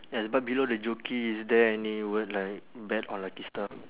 yes but below the jockey is there any word like bet on lucky star